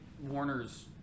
Warner's